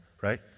right